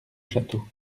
château